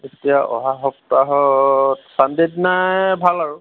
এতিয়া অহা সপ্তাহত চানদেৰ দিনাই ভাল আৰু